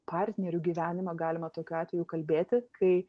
partnerių gyvenimą galima tokiu atveju kalbėti kai